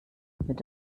mit